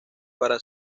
para